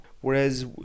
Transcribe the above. Whereas